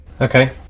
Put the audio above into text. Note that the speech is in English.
Okay